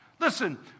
Listen